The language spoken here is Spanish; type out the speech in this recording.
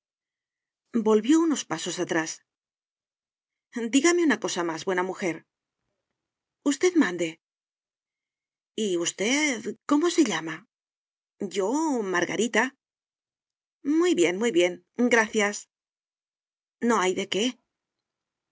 volvió unos pasos atrás dígame una cosa más buena mujer usted mande y usted cómo se llama yo margarita muy bien muy bien gracias no hay de qué